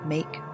Make